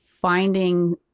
finding